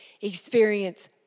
experience